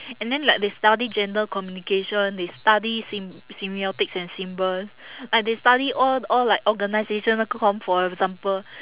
and then like they study gender communication they study sem~ semiotics and symbols like they study all all like organisational comm for example